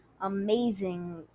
amazing